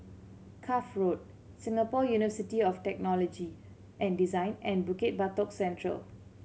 Cuff Road Singapore University of Technology and Design and Bukit Batok Central